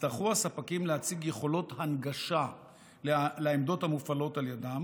יצטרכו הספקים להציג יכולות הנגשה לעמדות המופעלות על ידם